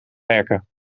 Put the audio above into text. werken